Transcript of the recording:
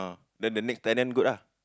then the next tell them good ah